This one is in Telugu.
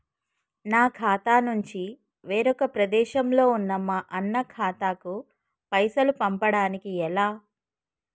నా ఖాతా నుంచి వేరొక ప్రదేశంలో ఉన్న మా అన్న ఖాతాకు పైసలు పంపడానికి ఎలా?